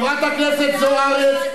חברת הכנסת זוארץ.